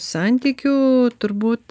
santykių turbūt